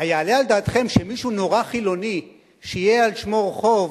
היעלה על דעתכם שמישהו נורא חילוני שיהיה על שמו רחוב,